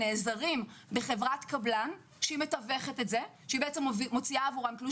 נעזרים בחברת קבלן שמוציאה עבורם תלוש